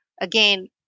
again